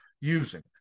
using